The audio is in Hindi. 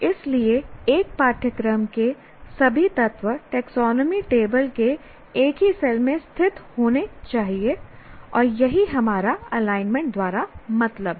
इसलिए एक पाठ्यक्रम के सभी तत्व टैक्सोनॉमी टेबल के एक ही सेल में स्थित होने चाहिए और यही हमारा एलाइनमेंट द्वारा मतलब है